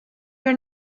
here